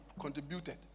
contributed